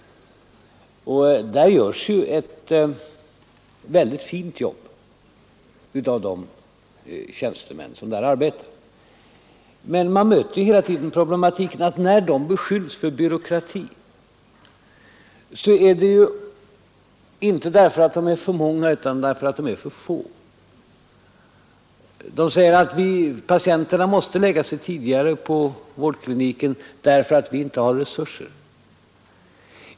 Det görs ju ett väldigt fint jobb av de tjänstemän som där arbetar. Men man möter hela tiden problematiken: när de beskylls för byråkrati är det inte därför att de är för många utan därför att de är för få. De säger: Patienterna måste lägga sig tidigare på vårdkliniken därför att vi inte har resurser.